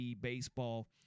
baseball